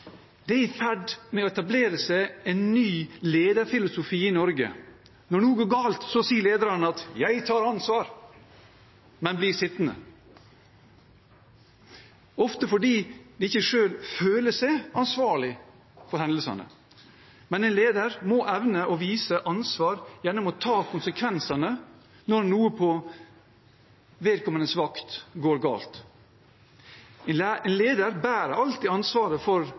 Det er i ferd med å etableres en ny lederfilosofi i Norge. Når noe går galt, sier lederne: «Jeg tar ansvar.» Men de blir sittende, ofte fordi de selv ikke føler seg ansvarlige for hendelsene. Men en leder må evne å vise ansvar gjennom å ta konsekvensene når noe på vedkommendes vakt går galt. En leder bærer alltid ansvaret for